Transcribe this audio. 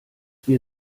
wir